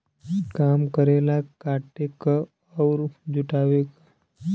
काम करेला काटे क अउर जुटावे क